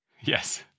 Yes